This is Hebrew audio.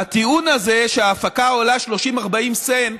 הטיעון הזה, שההפקה עולה 30 40 סנט